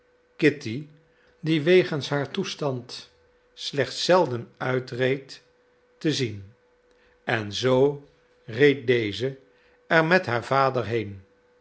kitty die wegens haar toestand slechts zelden uitreed te zien en zoo reed deze er met haar vader heen